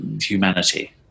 humanity